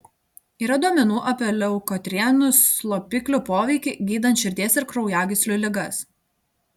yra duomenų apie leukotrienų slopiklių poveikį gydant širdies ir kraujagyslių ligas